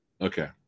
Okay